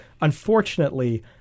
Unfortunately